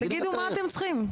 תגידו מה אתם צריכים.